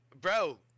bro